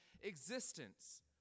existence